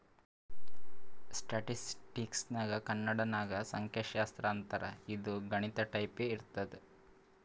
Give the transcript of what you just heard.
ಸ್ಟ್ಯಾಟಿಸ್ಟಿಕ್ಸ್ಗ ಕನ್ನಡ ನಾಗ್ ಸಂಖ್ಯಾಶಾಸ್ತ್ರ ಅಂತಾರ್ ಇದು ಗಣಿತ ಟೈಪೆ ಇರ್ತುದ್